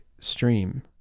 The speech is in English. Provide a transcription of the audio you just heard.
stream